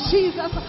Jesus